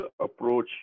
approach